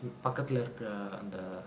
பக்கத்துல இருக்குற அந்த:pakkathula irukkura antha